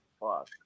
Fuck